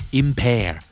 impair